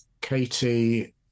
Katie